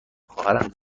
خواهرم